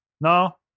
No